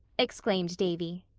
exclaimed davy.